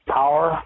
power